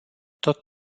tot